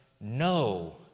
no